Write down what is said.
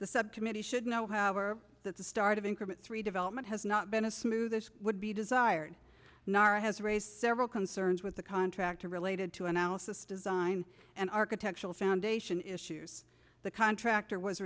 the subcommittee should know however that the start of increment three development has not been a smooth this would be desired nara has raised several concerns with the contractor related to analysis design and architectural foundation issues the contractor was